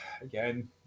again